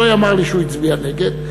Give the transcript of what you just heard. שלא יאמר לי שהוא הצביע נגד,